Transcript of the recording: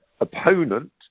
opponent